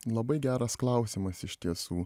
labai geras klausimas iš tiesų